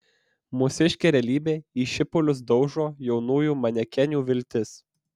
mūsiškė realybė į šipulius daužo jaunųjų manekenių viltis